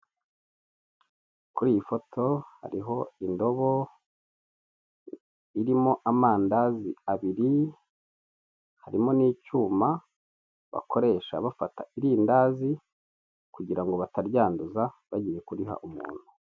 Kuri iyi foto hariho indobo irimo amandazi abiri, harimo n'icyuma bakoresha bafata irindazi kugira ngo bataryanduza bagiye kuriha umuntu.